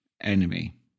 enemy